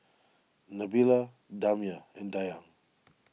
Nabila Damia and Dayang